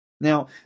Now